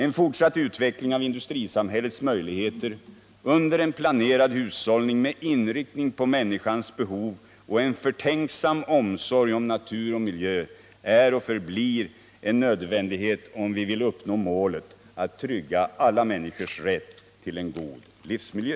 En fortsatt uveckling av industrisamhällets möjligheter under en planerad hushållning med inriktning på människans behov och en förtänksam omsorg om natur och miljö är och förblir en nödvändighet, om vi vill uppnå målet att trygga alla människors rätt till en god livsmiljö.